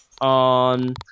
on